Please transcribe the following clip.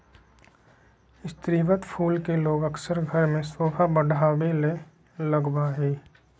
स्रीवत फूल के लोग अक्सर घर में सोभा बढ़ावे ले लगबा हइ